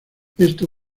esto